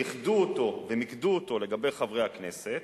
ייחדו אותו ומיקדו אותו לגבי חברי הכנסת,